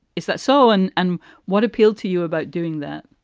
is that so? and and what appealed to you about doing that?